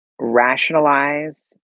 rationalize